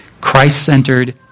Christ-centered